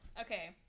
Okay